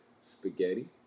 spaghetti